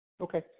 Okay